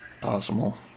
possible